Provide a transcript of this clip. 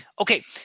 okay